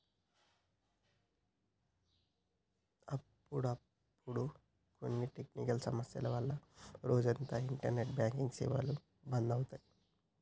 అప్పుడప్పుడు కొన్ని టెక్నికల్ సమస్యల వల్ల రోజంతా ఇంటర్నెట్ బ్యాంకింగ్ సేవలు బంధు అవుతాయి